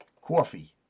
Coffee